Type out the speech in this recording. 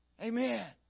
Amen